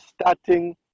starting